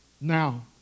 now